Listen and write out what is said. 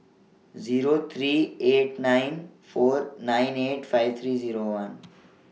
Zero eight nine four nine eight five three Zero one